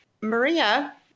Maria